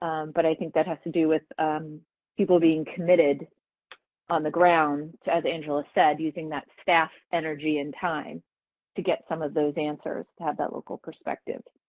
but i think that has to do with people being committed on the ground, as angela said, using that staff energy and time to get some of those answers, to have that local perspective.